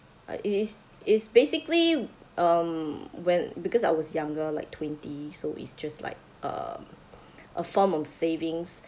I it's it's basically um well because I was younger like twenty so it's just like a a form of savings